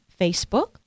Facebook